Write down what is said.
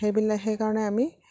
সেইবিলা সেইকাৰণে আমি